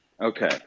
Okay